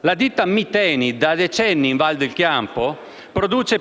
la ditta Miteni, nella Valle dell'Agno, da decenni produce